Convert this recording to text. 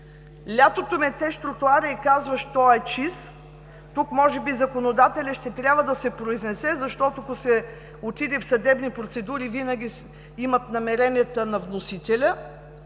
Лятото метеш тротоара и казваш: „Той е чист“ – тук може би законодателят ще трябва да се произнесе, защото ако се отиде в съдебни процедури, винаги имат намеренията на вносителя